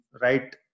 right